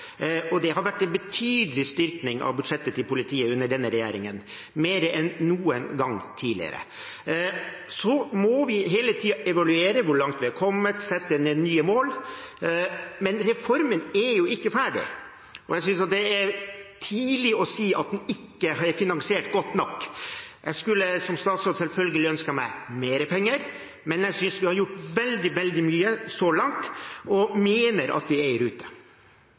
Det har vært en betydelig styrking av budsjettene til politiet under denne regjeringen – mer enn noen gang tidligere. Vi må hele tiden evaluere hvor langt vi er kommet og sette oss nye mål, men reformen er ikke ferdig. Jeg synes det er tidlig å si at den ikke er finansiert godt nok. Jeg skulle, som statsråd, selvfølgelig ønsket meg mer penger, men jeg synes vi har gjort veldig mye så langt, og mener at vi er i rute.